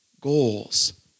goals